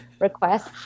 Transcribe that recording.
request